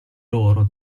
loro